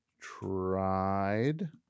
tried